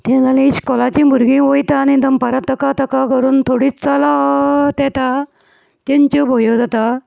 तें जालें इश्कोलाची भुरगीं वयता आनी दनपारां तकातका करून थोडीं चलत येता तेंच्यो भयो जाता